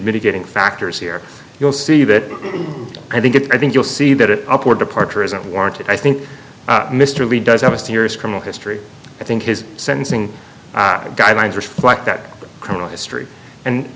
mitigating factors here you'll see that i think it i think you'll see that it up or departure is unwarranted i think mr lee does have a serious criminal history i think his sentencing guidelines reflect that criminal history and